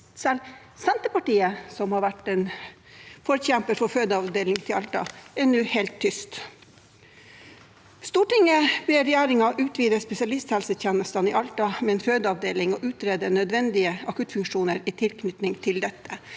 Selv Senterpartiet, som har vært forkjemper for fødeavdeling i Alta, er nå helt tyst. «Stortinget ber regjeringen utvide spesialisthelsetjenestetilbudet i Alta med en fødeavdeling og utrede nødvendige akuttfunksjoner i tilknytning til dette.»